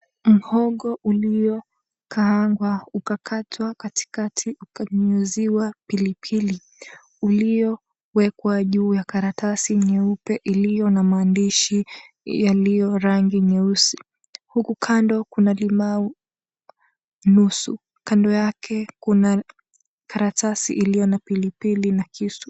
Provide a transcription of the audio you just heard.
Mhogo uliokaangwa ukakatwa katikati na kunyunyiziwa pilipili, uliowekwa juu ya karatasi nyeupe, iliyo na maandishi yalio rangi nyeusi, huku kando kuna limau nusu. Kando yake kuna karatasi iliyo na pilipili na kisu.